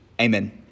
amen